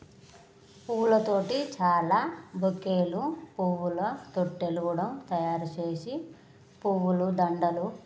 పూవుల తోటి చాలా బొకేలు పువ్వుల తొట్టెలు కూడా తయారుచేసి పువ్వులు దండలు